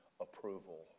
approval